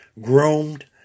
groomed